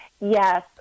yes